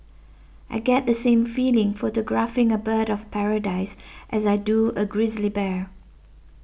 I get the same feeling photographing a bird of paradise as I do a grizzly bear